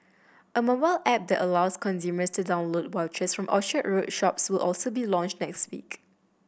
a mobile app that allows consumers to download vouchers from Orchard Road shops will also be launched next week